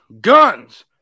guns